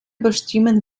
bestimmen